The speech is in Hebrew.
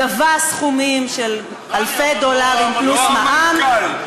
גבה סכומים של אלפי דולרים פלוס מע"מ,